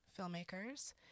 filmmakers